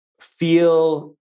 feel